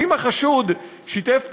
ואם החשוד שיתף פעולה,